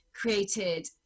created